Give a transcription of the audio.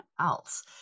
else